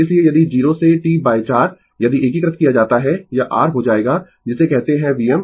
इसलिए यदि 0 से T 4 यदि एकीकृत किया जाता है यह r हो जाएगा जिसे कहते है Vm अपोन 2